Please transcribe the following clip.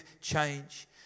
change